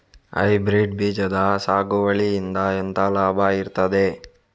Hybrid ಬೀಜದ ಸಾಗುವಳಿಯಿಂದ ಎಂತ ಲಾಭ ಇರ್ತದೆ?